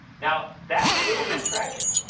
now, that's a little bit tragic.